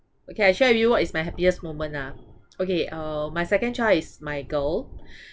okay I share with you what is my happiest moment ah okay uh my second child is my girl